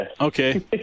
Okay